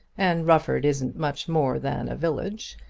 and rufford isn't much more than a village.